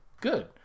good